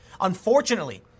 Unfortunately